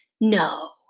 No